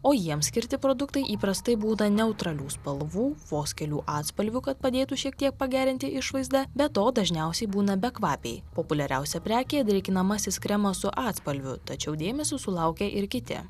o jiems skirti produktai įprastai būna neutralių spalvų vos kelių atspalvių kad padėtų šiek tiek pagerinti išvaizdą be to dažniausiai būna bekvapiai populiariausia prekė drėkinamasis kremas su atspalviu tačiau dėmesio sulaukė ir kiti